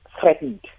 threatened